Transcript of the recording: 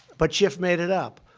but schiff made it up.